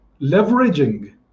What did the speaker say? leveraging